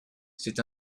c’est